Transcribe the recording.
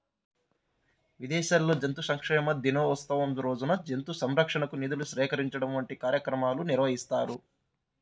విదేశాల్లో జంతు సంక్షేమ దినోత్సవం రోజున జంతు సంరక్షణకు నిధులు సేకరించడం వంటి కార్యక్రమాలు నిర్వహిస్తారు